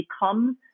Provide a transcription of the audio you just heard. becomes